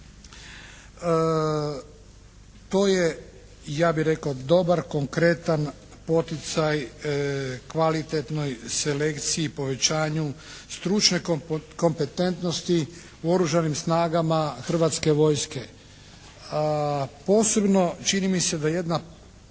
To je ja bih rekao dobar, konkretan poticaj kvalitetnoj selekciji, povećanju stručne kompetentnosti u oružanim snagama hrvatske vojske.